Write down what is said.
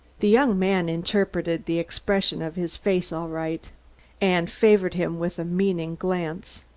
the young man interpreted the expression of his face aright, and favored him with a meaning glance.